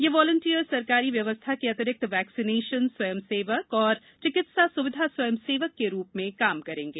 यह वॉलेंटियर सरकारी व्यवस्था के अतिरिक्त वैक्सीनेशन स्वयं सेवक और चिकित्सा स्विधा स्वयं सेवक के रूप में काम करेंगे